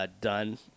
Done